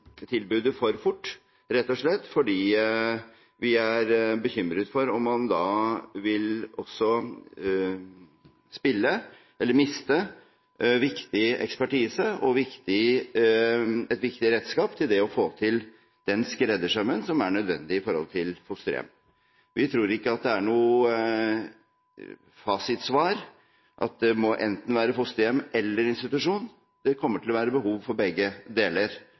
for fort, rett og slett fordi vi er bekymret for om man da vil miste viktig ekspertise og et viktig redskap for å få til den skreddersømmen som er nødvendig når det gjelder fosterhjem. Vi tror ikke at det er noe fasitsvar på spørsmålet om det må være enten fosterhjem eller institusjon – det kommer til å være behov for begge deler.